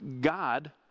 God